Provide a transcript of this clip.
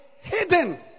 hidden